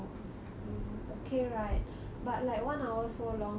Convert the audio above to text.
mm okay right but like one hour so long sia